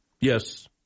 Yes